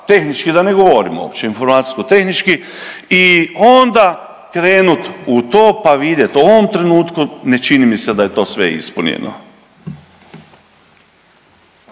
tehnički da ne govorimo opće, informacijsko-tehnički i onda krenut u to pa vidjet. U ovom trenutku ne čini mi se da je to sve ispunjeno.